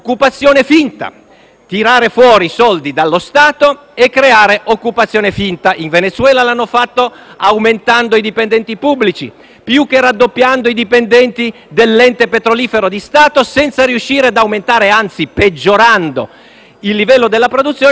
tirare fuori i soldi dallo Stato e creare occupazione finta. In Venezuela lo hanno fatto aumentando i dipendenti pubblici, più che raddoppiando i dipendenti dell'ente petrolifero di Stato, senza riuscire ad aumentare (anzi peggiorando) il livello della produzione e aumentando i costi.